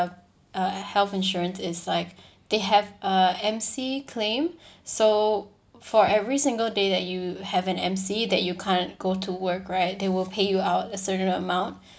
uh health insurance is like they have uh M_C claim so for every single day that you have an M_C that you can't go to work right they will pay you out a certain amount